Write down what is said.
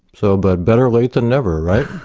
so but better late than never, right?